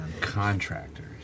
Contractors